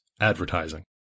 advertising